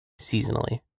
seasonally